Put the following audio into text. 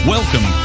Welcome